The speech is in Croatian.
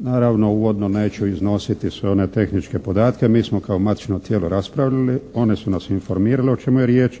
Naravno uvodno neću iznositi sve one tehničke podatke. Mi sm kao matično tijelo raspravili. One su nas informirale u čemu je riječ